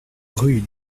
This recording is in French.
rue